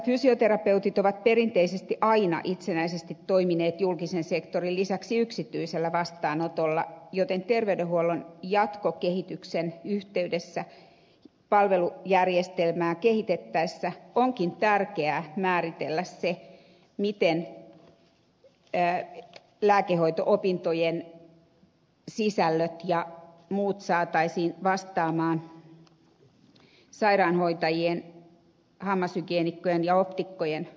tässä fysioterapeutit ovat perinteisesti aina itsenäisesti toimineet julkisen sektorin lisäksi yksityisellä vastaanotolla joten terveydenhuollon jatkokehityksen yhteydessä palvelujärjestelmää kehitettäessä onkin tärkeää määritellä se miten lääkehoito opintojen sisällöt ja muut saataisiin vastaamaan sairaanhoitajien hammashygieenikkojen ja optikkojen oppimissisältöjä